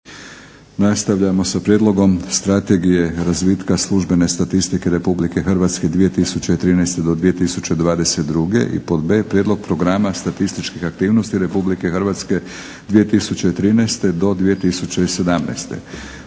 Nastavljamo sa - a)Prijedlog strategije razvitka službene statistike Republike Hrvatske 2013.–2022. - b)Prijedlog programa statističkih aktivnosti Republike Hrvatske 2013.-2017.